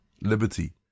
liberty